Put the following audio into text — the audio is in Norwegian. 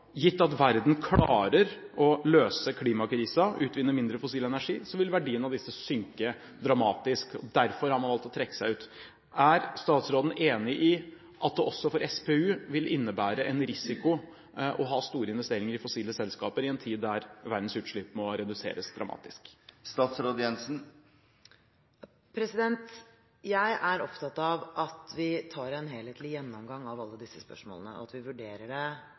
gitt at verden klarer å løse klimakrisen og utvinne mindre fossil energi, vil verdien av disse synke dramatisk, og derfor har man valgt å trekke seg ut. Er statsråden enig i at det også for SPU vil innebære en risiko å ha store investeringer i fossile selskaper i en tid der verdens utslipp må reduseres dramatisk? Jeg er opptatt av at vi tar en helhetlig gjennomgang av alle disse spørsmålene, og at vi vurderer det